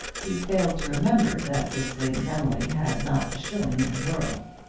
he failed to remember that this lady emily had not a shilling in the world.